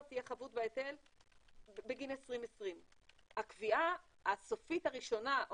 תהיה חבות בהיטל בגין 2020. הקביעה הסופית הראשונה,